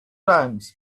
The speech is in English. times